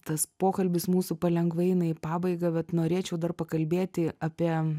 tas pokalbis mūsų palengva eina į pabaigą bet norėčiau dar pakalbėti apie